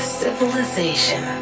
civilization